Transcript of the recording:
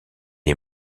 est